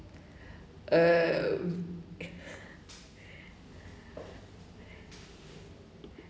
!ow!